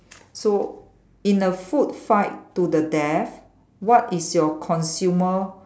so in a food fight to the death what is your consumer